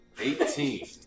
Eighteen